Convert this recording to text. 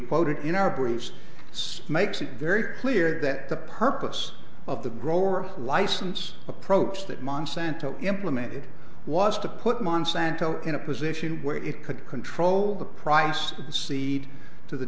quoted in our bruce smokes it very clear that the purpose of the grower license approach that monsanto implemented was to put monsanto in a position where it could control the price of the seed to the